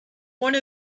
one